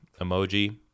emoji